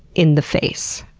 in the face?